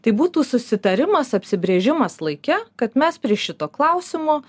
tai būtų susitarimas apsibrėžimas laike kad mes prie šito klausimo